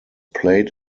played